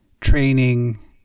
training